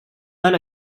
mal